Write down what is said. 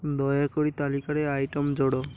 ଦୟାକରି ତାଲିକାରେ ଆଇଟମ୍ ଯୋଡ଼